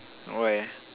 why ah